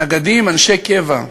נגדים, אנשי קבע,